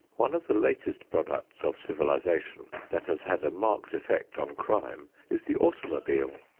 one of the latest products of civilization that has had a marked effect on crime is the automobile.